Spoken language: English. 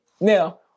Now